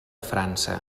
frança